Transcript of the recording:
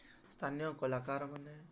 ସ୍ଥାନୀୟ କଳାକାରମାନେ